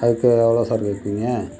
அதுக்கு எவ்வளோ சார் கேட்பீங்க